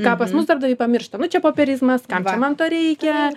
ką pas mus darbdaviai pamiršta nu čia popierizmas kam čia man to reikia